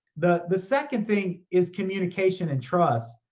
the the second thing is communication and trust.